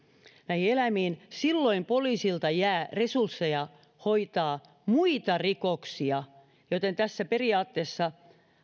eläimiin silloin poliisilta jää resursseja hoitaa muita rikoksia joten tässä periaatteessa